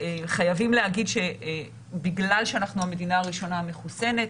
חייבים להגיד שבגלל שאנחנו המדינה הראשונה המחוסנת,